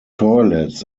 toilets